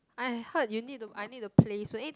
I heard you need to I need to play